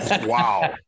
Wow